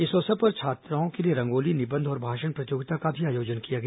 इस अवसर पर छात्राओं के लिए रंगोली निबंध और भाषण प्रतियोगिता का भी आयोजन किया गया